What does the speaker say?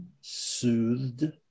Soothed